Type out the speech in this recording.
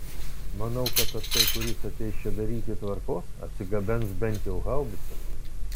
manau kad tasai kuris ateis čia daryti tvarkos atsigabens bent jau haubicą